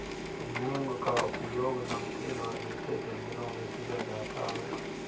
मूंग का उपयोग नमकीन और मीठे व्यंजनों में किया जाता है